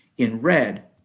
in red.